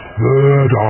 third